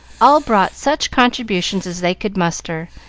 all brought such contributions as they could muster,